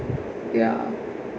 ya